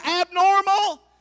abnormal